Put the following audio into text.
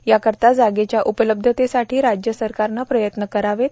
याकरिता जागेच्या उपलब्धतेसाठी राज्य सरकारनं प्रयत्न करावेत